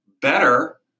better